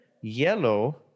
yellow